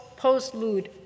postlude